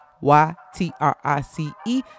Y-T-R-I-C-E